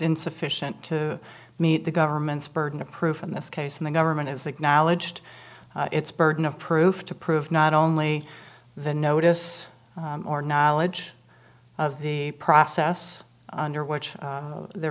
insufficient to meet the government's burden of proof in this case and the government has acknowledged its burden of proof to prove not only the notice or knowledge of the process under which there